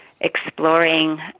exploring